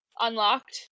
unlocked